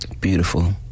beautiful